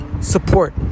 support